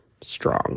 strong